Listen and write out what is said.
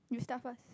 you start first